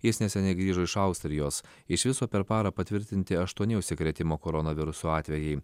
jis neseniai grįžo iš austrijos iš viso per parą patvirtinti aštuoni užsikrėtimo koronavirusu atvejai